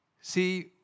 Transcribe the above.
See